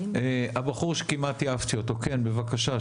הבחור שכמעט העפתי אותו, בבקשה.